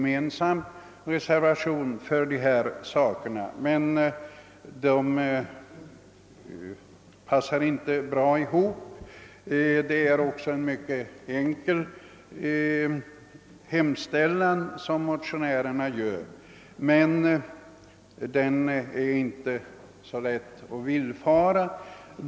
Motionärernas hemställan är ganska rimlig, men den är inte så lätt att villfara.